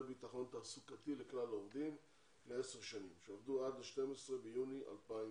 ביטחון תעסוקתי לכלל העובדים שעבדו עד ל-12 ביוני 2017,